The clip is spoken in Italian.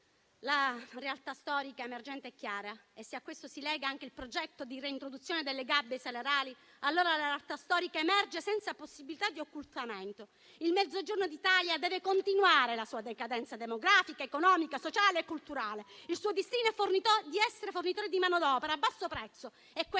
la realtà storica emergente è chiara e se a questo si lega anche il progetto di reintroduzione delle gabbie salariali, allora la realtà storica emerge senza possibilità di occultamento. Il Mezzogiorno d'Italia deve continuare la sua decadenza demografica, economica, sociale e culturale. Il suo destino è quello di essere fornitore di manodopera a basso prezzo e questo